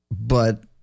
But-